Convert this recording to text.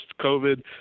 COVID